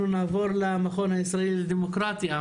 אנחנו נעבור למכון הישראלי לדמוקרטיה,